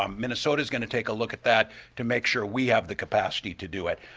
um minnesota's going to take a look at that to make sure we have the capacity to do it.